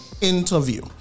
interview